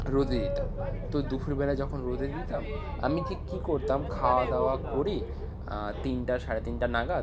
রোদে দিতাম তো দুফুরবেলা যখন রোদে দিতাম আমি ঠিক কী করতাম খাওয়া দাওয়া করে তিনটা সাড়ে তিনটা নাগাদ